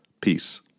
Peace